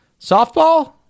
softball